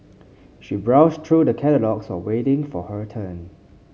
she browsed through the catalogues so waiting for her turn